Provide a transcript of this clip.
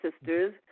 sisters